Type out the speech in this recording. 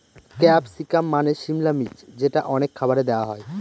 capsicum মানে সিমলা মির্চ যেটা অনেক খাবারে দেওয়া হয়